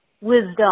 wisdom